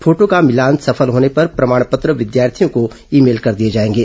photo का मिलान सफल होने पर प्रमाण पत्र विद्यार्थियों को ई मेल कर दिये जाएंगे